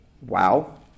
Wow